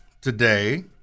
today